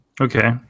Okay